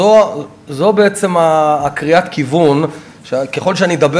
זו בעצם קריאת הכיוון שככל שאני אדבר